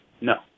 No